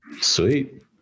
Sweet